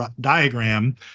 diagram